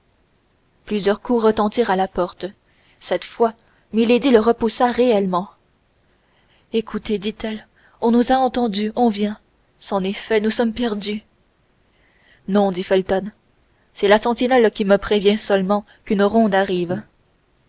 plusieurs coups retentirent à la porte cette fois milady le repoussa réellement écoutez dit-elle on nous a entendus on vient c'en est fait nous sommes perdus non dit felton c'est la sentinelle qui me prévient seulement qu'une ronde arrive